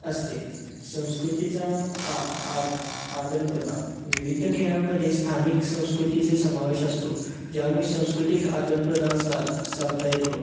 असते संस्कृतीचा आ आद आदानप्रदान विविध खेळामध्ये स्थानिक संस्कृतीचे समावेश असतो ज्यामुळे सांस्कृतिक आदानप्रदान सा साधता येतो